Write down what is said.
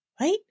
right